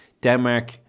denmark